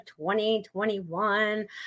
2021